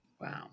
Wow